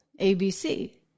ABC